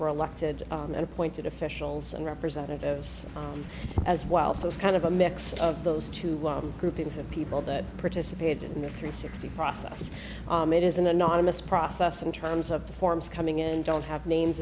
were elected and appointed officials and representatives as well so it's kind of a mix of those two groupings of people that participated in the three sixty process it is an anonymous process in terms of the forms coming in and don't have names